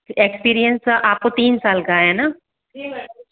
experience आपको तीन साल का है न